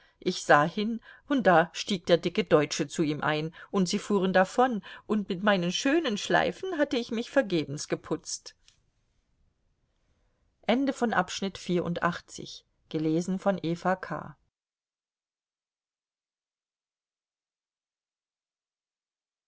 ich sah hin und da stieg der dicke deutsche zu ihm ein und sie fuhren davon und mit meinen schönen schleifen hatte ich mich vergebens geputzt